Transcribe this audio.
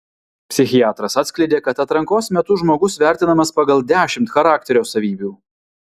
psichiatras atskleidė kad atrankos metu žmogus vertinamas pagal dešimt charakterio savybių